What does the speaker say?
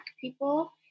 people